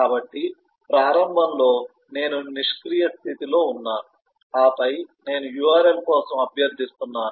కాబట్టి ప్రారంభంలో నేను నిష్క్రియ స్థితిలో ఉన్నాను ఆపై నేను URL కోసం అభ్యర్థిస్తున్నాను